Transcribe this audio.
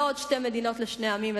לא עוד שתי מדינות לשני העמים,